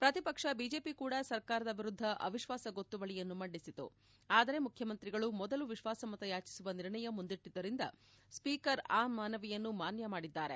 ಪ್ರತಿಪಕ್ಷ ಬಿಜೆಪಿ ಕೂಡ ಸರ್ಕಾರದ ವಿರುದ್ದ ಅವಿಶ್ವಾಸ ಗೊತ್ತುವಳಿಯನ್ನು ಮಂಡಿಸಿತು ಆದರೆ ಮುಖ್ಯಮಂತ್ರಿಗಳು ಮೊದಲು ವಿಶ್ಲಾಸಮತ ಯಾಚಿಸುವ ನಿರ್ಣಯ ಮುಂದಿಟ್ಟಿದ್ದರಿಂದ ಸ್ಸೀಕರ್ ಆ ಮನವಿಯನ್ನು ಮಾನ್ಯ ಮಾಡಿದ್ದಾರೆ